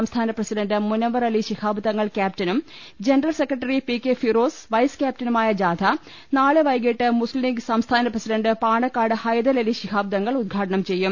സംസ്ഥാന പ്രസിഡണ്ട് മുനവ്വറലി ശിഹാബ് തങ്ങൾ ക്യാപ്റ്റനും general secretary P K Firoz vice ക്യാപ്റ്റ നുമായ ജാഥ നാളെ വൈകീട്ട് മുസ്തീം ലീഗ് സംസ്ഥാന പ്രസി ഡണ്ട് പാണക്കാട് ഹൈദരലി ശിഹാബ് തങ്ങൾ ഉദ്ഘാടനം ചെയ്യും